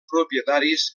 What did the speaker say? propietaris